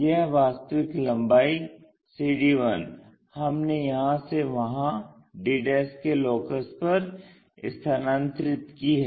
यह वास्तविक लम्बाई हमने यहां से वहां d के लोकस पर स्थानांतरित की है